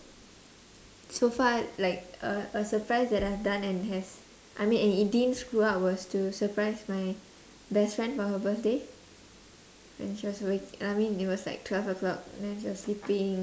so far like a a surprise that I've done and has I mean and it didn't screw up was to surprise my best friend for her birthday when she was with I mean it was like twelve o'clock then she was sleeping